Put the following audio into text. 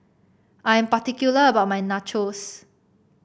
I'm particular about my Nachos